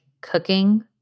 cooking